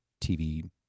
TV